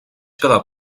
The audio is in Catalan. quedar